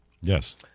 Yes